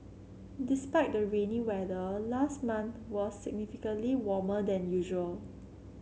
despite the rainy weather last month was significantly warmer than usual